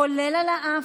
כולל על האף,